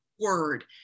word